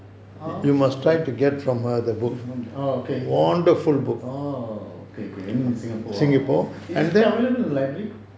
orh okay orh okay orh okay okay in singapore ah is it available in library